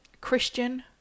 Christian